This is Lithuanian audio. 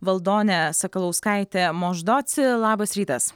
valdonė sakalauskaitė moždoci labas rytas